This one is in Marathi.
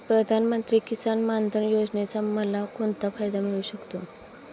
प्रधानमंत्री किसान मान धन योजनेचा मला कोणता फायदा मिळू शकतो?